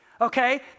Okay